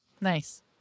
Nice